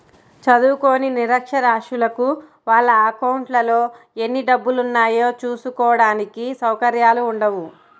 చదువుకోని నిరక్షరాస్యులకు వాళ్ళ అకౌంట్లలో ఎన్ని డబ్బులున్నాయో చూసుకోడానికి సౌకర్యాలు ఉండవు